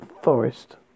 Forest